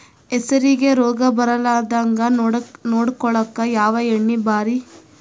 ಹೆಸರಿಗಿ ರೋಗ ಬರಲಾರದಂಗ ನೊಡಕೊಳುಕ ಯಾವ ಎಣ್ಣಿ ಭಾರಿ?